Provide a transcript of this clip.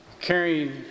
carrying